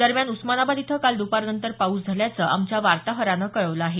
दरम्यान उस्मानाबाद इथं काल दुपारनंतर पाऊस झाल्याचं आमच्या वार्ताहरानं कळवल आहे